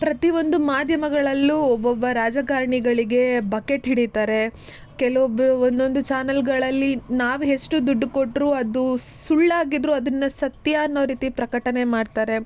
ಪ್ರತಿಯೊಂದು ಮಾಧ್ಯಮಗಳಲ್ಲೂ ಒಬ್ಬೊಬ್ಬ ರಾಜಕಾರಣಿಗಳಿಗೆ ಬಕೆಟ್ ಹಿಡಿತಾರೆ ಕೆಲವೊಬ್ಬರು ಒಂದೊಂದು ಚಾನೆಲ್ಗಳಲ್ಲಿ ನಾವು ಎಷ್ಟು ದುಡ್ಡು ಕೊಟ್ಟರೂ ಅದು ಸುಳ್ಳಾಗಿದ್ದರೂ ಅದನ್ನು ಸತ್ಯ ಅನ್ನೋ ರೀತಿ ಪ್ರಕಟಣೆ ಮಾಡ್ತಾರೆ